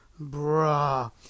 bruh